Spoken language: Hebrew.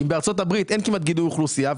אם בארצות-הברית אין כמעט גידול אוכלוסייה,